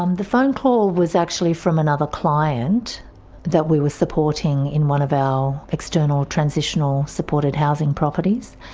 um the phone call was actually from another client that we were supporting in one of our external transitional supported housing properties.